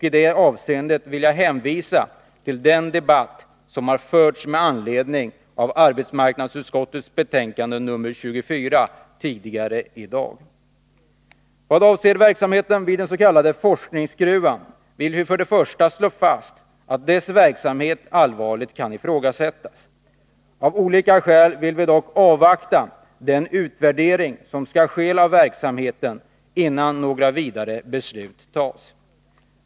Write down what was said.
I det avseendet vill jag hänvisa till den debatt som har förts med anledning av arbetsmarknadsutskottets betänkande nr 24 tidigare i dag. Vad avser verksamheten vid dens.k. forskningsgruvan vill vi för det första slå fast att dess verksamhet allvarligt kan ifrågasättas. Av olika skäl vill vi dock avvakta den utvärdering som skall ske av verksamheten innan några vidare beslut tas.